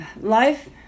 life